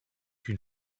une